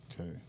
Okay